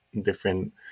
different